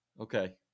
Okay